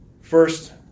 First